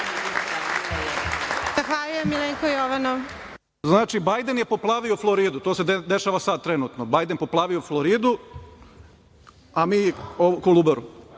Izvolite. **Milenko Jovanov** Znači, Bajden je poplavio Floridu, to se dešava sada trenutno. Bajden poplavio Floridu, a mi Kolubaru?